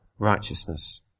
righteousness